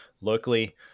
locally